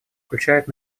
включает